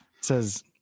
says